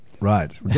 Right